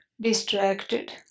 distracted